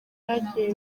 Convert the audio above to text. byagiye